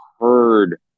heard